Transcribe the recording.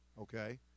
okay